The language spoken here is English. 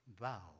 vow